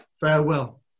farewell